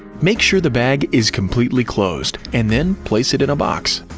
make sure the bag is completely closed, and then place it in a box.